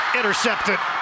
intercepted